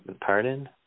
pardon